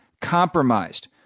compromised